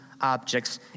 objects